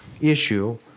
issue